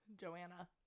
Joanna